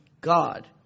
God